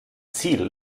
ziel